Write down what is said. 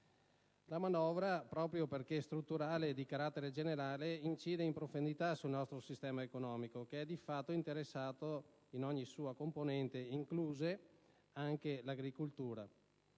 La manovra, proprio perché strutturale e di carattere generale, incide in profondità sul nostro sistema economico che è, di fatto, interessato in ogni sua componente, inclusa anche l'agricoltura.